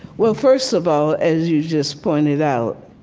well, first of all, as you've just pointed out,